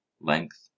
length